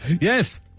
Yes